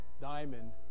Diamond